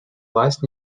власть